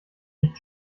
nicht